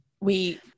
We-